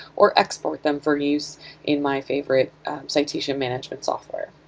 or export them for use in my favorite citation management software.